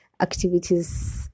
activities